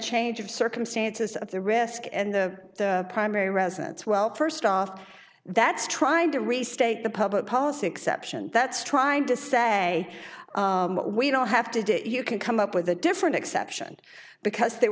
change of circumstances of the risk and the primary residence well first off that's trying to restate the public policy exception that's trying to say we don't have to do it you can come up with a different exception because there